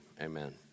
Amen